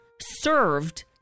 served